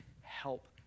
Help